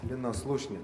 liną slušnį